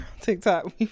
tiktok